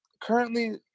currently